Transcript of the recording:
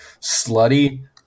Slutty